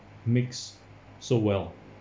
mix so well